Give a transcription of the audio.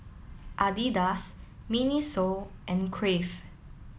Adidas Miniso and Crave